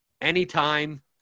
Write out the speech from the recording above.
anytime